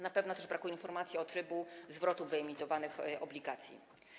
Na pewno też brakuje informacji o trybie zwrotu wyemitowanych obligacji.